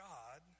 God